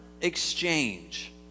exchange